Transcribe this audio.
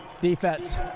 Defense